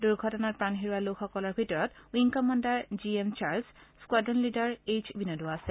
দুৰ্ঘটনাত প্ৰাণ হেৰুওৱা লোকসকলৰ ভিতৰত wing commander G M Charles squadron leader H বিনোদো আছে